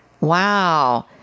Wow